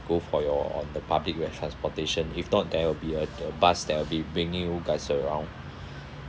go for your on the public transportation if not there will be a a bus that will be bringing you guys around